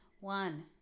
One